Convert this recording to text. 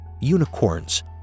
unicorns